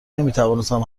نمیتوانستم